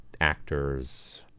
actors